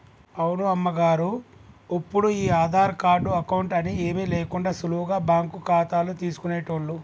అవును అమ్మగారు ఒప్పుడు ఈ ఆధార్ కార్డు అకౌంట్ అని ఏమీ లేకుండా సులువుగా బ్యాంకు ఖాతాలు తీసుకునేటోళ్లు